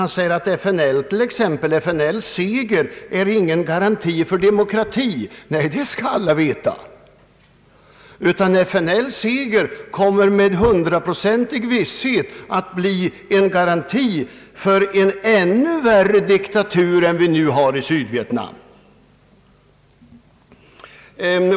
Han sade att FNL:s seger inte är någon garanti för demokrati. Nej, det skall alla veta. FNL:s seger kommer med 100 procentig visshet att bli en garanti för en ännu värre diktatur än den vi nu har i Sydvietnam.